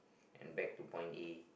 and back to point A